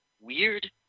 Weird